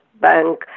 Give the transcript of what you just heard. Bank